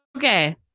Okay